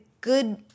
good